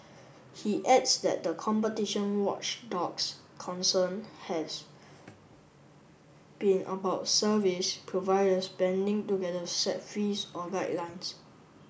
he adds that the competition watchdog's concern has been about service providers banding together set fees or guidelines